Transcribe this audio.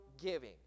giving